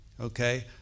okay